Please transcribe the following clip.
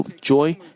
joy